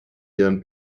ihren